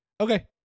Okay